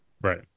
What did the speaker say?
Right